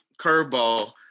curveball